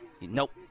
nope